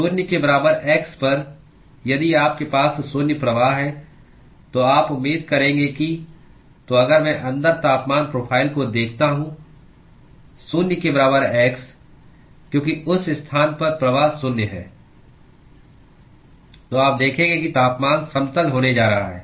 शून्य के बराबर x पर यदि आपके पास शून्य प्रवाह है तो आप उम्मीद करेंगे कि तो अगर मैं अंदर तापमान प्रोफ़ाइल को देखता हूं शून्य के बराबर x क्योंकि उस स्थान पर प्रवाह शून्य है तो आप देखेंगे कि तापमान समतल होने जा रहा है